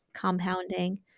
compounding